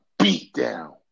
beatdown